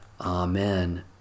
Amen